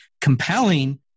Compelling